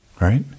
Right